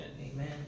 amen